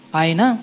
aina